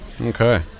Okay